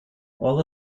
all